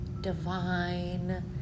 divine